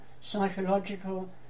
psychological